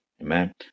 amen